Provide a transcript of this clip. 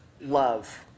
love